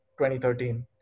2013